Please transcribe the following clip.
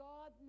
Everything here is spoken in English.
God